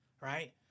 Right